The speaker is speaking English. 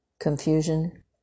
Confusion